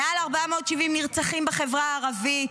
מעל 470 נרצחים בחברה הערבית,